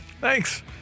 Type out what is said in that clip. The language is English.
Thanks